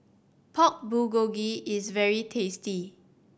Pork Bulgogi is very tasty